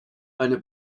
eine